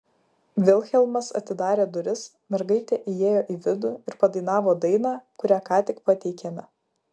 vilhelmas atidarė duris mergaitė įėjo į vidų ir padainavo dainą kurią ką tik pateikėme